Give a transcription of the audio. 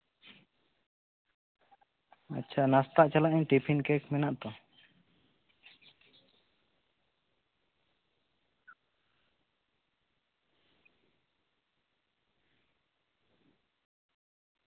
ᱟᱪᱪᱷᱟ ᱱᱟᱥᱛᱟᱜ ᱪᱟᱞᱟᱜ ᱟᱹᱧ ᱴᱤᱯᱷᱤᱱ ᱠᱮᱠ ᱢᱮᱱᱟᱜᱼᱟᱛᱚ